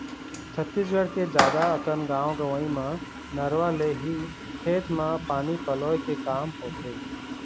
छत्तीसगढ़ के जादा अकन गाँव गंवई म नरूवा ले ही खेत म पानी पलोय के काम होथे